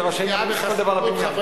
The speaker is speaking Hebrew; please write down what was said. שרשאים להכניס כל דבר לבניין.